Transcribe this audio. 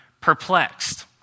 perplexed